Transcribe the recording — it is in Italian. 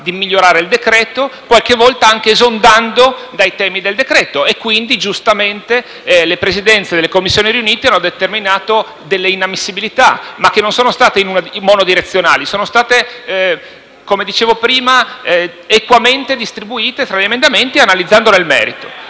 di migliorare il decreto-legge, qualche volta anche esondando dai temi del provvedimento, ragion per cui, giustamente, le Presidenze delle due Commissioni riunite hanno dichiarato talune inammissibilità, che non sono state monodirezionali, ma, come dicevo prima, equamente distribuite tra gli emendamenti, analizzandoli nel merito.